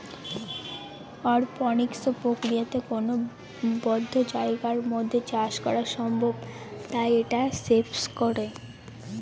অরপনিক্স প্রক্রিয়াতে কোনো বদ্ধ জায়গার মধ্যে চাষ করা সম্ভব তাই এটা স্পেস এ করে